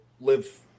live